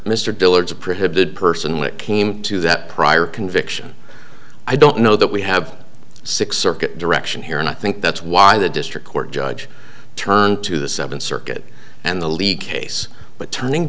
dillard's prohibited personally came to that prior conviction i don't know that we have six circuit direction here and i think that's why the district court judge turned to the seventh circuit and the lead case but turning